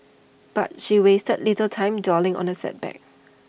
but she wasted little time dwelling on the setback